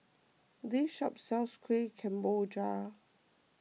this shop sells Kuih Kemboja